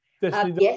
Yes